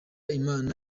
imana